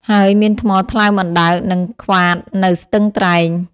ហើយមានថ្មថ្លើមអណ្ដើក និង ក្វាត នៅស្ទឹងត្រែង។